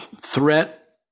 threat